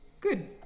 Good